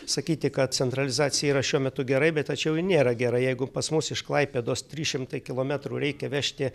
sakyti kad centralizacija yra šiuo metu gerai bet tačiau ji nėra gera jeigu pas mus iš klaipėdos trys šimtai kilometrų reikia vežti